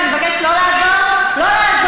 אני מבקשת לא לעזור לי,